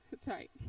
Sorry